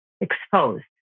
exposed